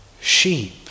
sheep